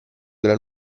della